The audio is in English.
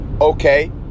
Okay